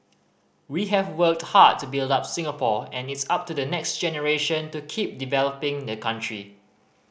we have worked hard to build up Singapore and it's up to the next generation to keep developing the country